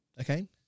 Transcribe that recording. okay